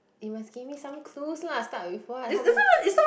you must give me some clues lah start with what how many